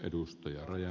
arvoisa puhemies